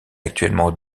actuellement